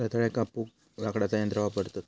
रताळ्याक कापूक लाकडाचा यंत्र वापरतत